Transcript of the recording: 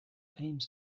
aims